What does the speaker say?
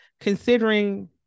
considering